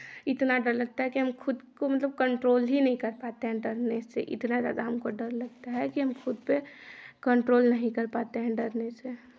इतना डर लगता है कि हम खुद को मतलब कंट्रोल ही नहीं कर पाते हैं डरने से इतना ज़्यादा हमको डर लगता है कि हम खुद पे कंट्रोल नहीं कर पाते हैं डरने से